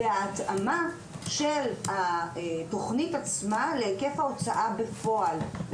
ולגבי ההתאמה של התכנית עצמה להיקף ההוצאה בפועל.